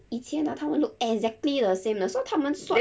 以前啊他们 look exactly the same 的 so 他们 swap